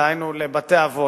דהיינו לבתי-אבות,